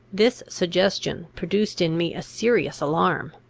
this suggestion produced in me a serious alarm.